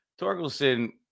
Torkelson